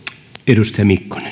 arvoisa